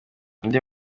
andi